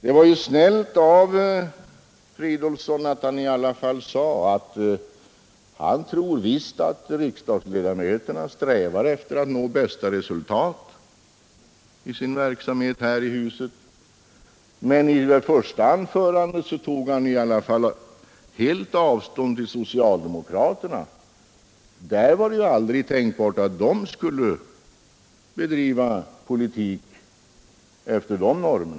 Det var ju snällt av herr Fridolfsson att han i alla fall sade, att han tror visst att riksdagsledamöterna strävar efter att nå bästa möjliga resultat i sin verksamhet här i huset. Men i det första anförandet tog herr Fridolfsson i alla fall helt avstånd från socialdemokraterna — det var aldrig tänkbart att de skulle bedriva politik efter dessa normer.